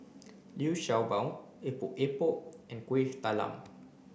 Liu Sha Bao Epok Epok and Kuih Talam